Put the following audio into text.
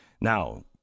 Now